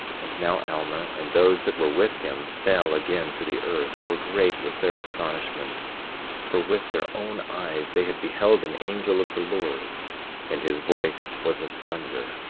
and now alma and those that were with him fell again to the earth, for great was their astonishment for with their own eyes they had beheld an angel of the lord and his voice was as thunder,